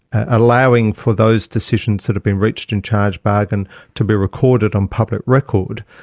allowing for those decisions that have been reached in charge bargain to be recorded on public record,